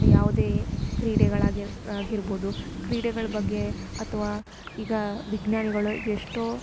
ಯಾವುದೇ ಕ್ರೀಡೆಗಳಾಗಿ ಆಗಿರ್ಬೋದು ಕ್ರೀಡೆಗಳ ಬಗ್ಗೆ ಅಥವಾ ಈಗ ವಿಜ್ಞಾನಿಗಳು ಎಷ್ಟೋ